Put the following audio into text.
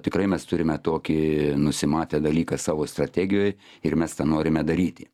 tikrai mes turime tokį nusimatę dalyką savo strategijoj ir mes tą norime daryti